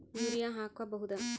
Urea ಹಾಕ್ ಬಹುದ?